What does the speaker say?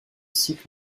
cycle